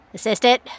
Assistant